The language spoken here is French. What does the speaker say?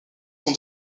sont